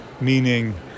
meaning